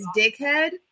dickhead